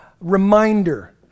reminder